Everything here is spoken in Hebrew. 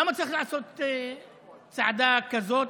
למה צריך לעשות צעדה כזאת,